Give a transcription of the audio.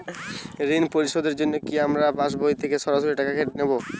ঋণ পরিশোধের জন্য কি আমার পাশবই থেকে সরাসরি টাকা কেটে নেবে?